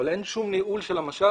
אבל אין שום ניהול של המשאב,